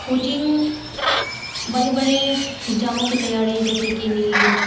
coaching बड़े बड़े इग्ज़ामों की तैयारी जैसे कि नीट